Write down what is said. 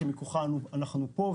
שמכוחה אנו פה.